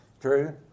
True